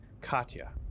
Katya